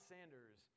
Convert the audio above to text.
Sanders